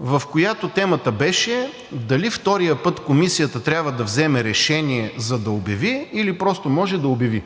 в която темата беше дали втория път Комисията трябва да вземе решение, за да обяви, или просто може да обяви.